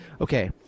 Okay